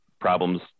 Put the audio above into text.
problems